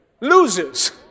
loses